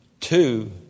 two